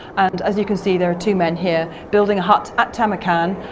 and as you can see there are two men here building a hut at tamarkan.